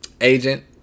agent